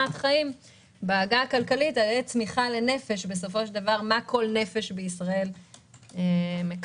ובעגה הכלכלית הצמיחה לנפש מראה מה כל נפש בישראל מקבלת.